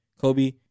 Kobe